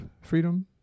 freedom